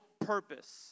purpose